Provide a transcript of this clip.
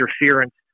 interference